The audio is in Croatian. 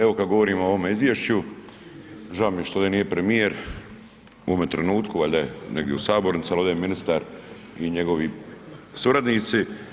Evo kad govorimo o ovome izvješću, žao mi je što ovdje nije premijer u ovome trenutku valjda je negdje u sabornici, a ovdje je ministar i njegovi suradnici.